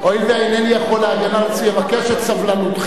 להגן על עצמי אבקש את סבלנותכם.